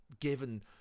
given